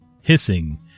Hissing